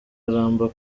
aramba